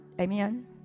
amen